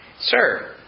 Sir